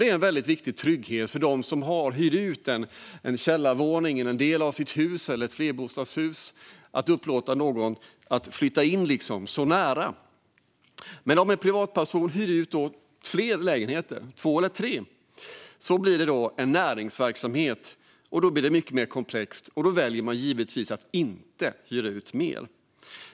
Det är en viktig trygghet för dem som hyr ut en källarvåning, en del av sitt hus eller av ett flerbostadshus och låter någon flytta in nära en själv. Men om en privatperson hyr ut flera lägenheter, två eller tre, anses det utgöra näringsverksamhet, och blir det mer komplext. Då väljer man givetvis att inte hyra ut mer.